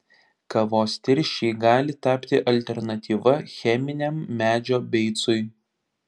kavos tirščiai gali tapti alternatyva cheminiam medžio beicui